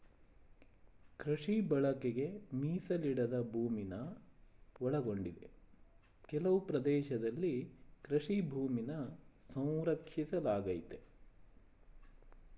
ಕೃಷಿ ಬಳಕೆಗೆ ಮೀಸಲಿಡದ ಭೂಮಿನ ಒಳಗೊಂಡಿದೆ ಕೆಲವು ಪ್ರದೇಶದಲ್ಲಿ ಕೃಷಿ ಭೂಮಿನ ಸಂರಕ್ಷಿಸಲಾಗಯ್ತೆ